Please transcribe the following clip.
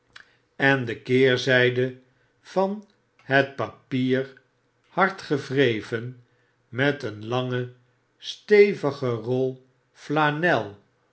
en de keerzijde van het papier hard gewreven met een lange stevige rol flanel